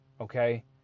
okay